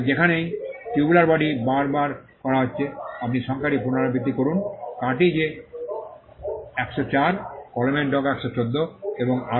যেখানেই tubular body বার বার করা হচ্ছে আপনি সংখ্যাটি পুনরাবৃত্তি করুন কার্ট্রিজে 104 কলমের ডগা 114 এবং আরও